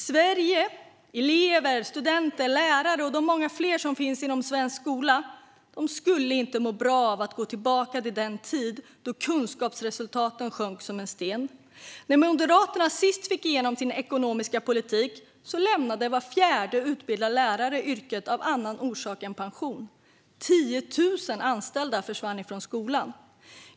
Sveriges elever, studenter, lärare och många fler som finns inom svensk skola skulle inte må bra av att gå tillbaka till den tid då kunskapsresultaten sjönk som en sten. När Moderaterna sist fick igenom sin ekonomiska politik lämnade var fjärde utbildad lärare yrket av annan orsak än pension. 10 000 anställda försvann från skolan.